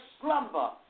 slumber